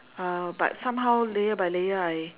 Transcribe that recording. uh but somehow layer by layer I